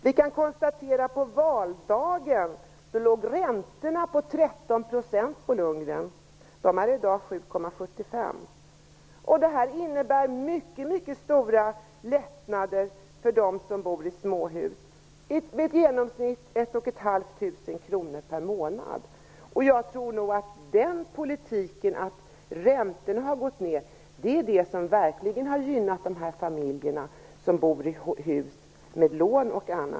Vi kan konstatera att räntorna på valdagen låg på 13 %, Bo Lundgren. De är i dag 7,75 %. Detta innebär mycket stora lättnader för dem som bor i småhus, i genomsnitt 1 500 kr per månad. Jag tror nog att den politik som inneburit att räntan gått ned verkligen har gynnat de familjer som bor i hus med lån.